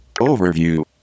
Overview